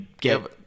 give